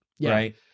Right